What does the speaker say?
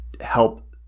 help